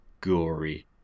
gory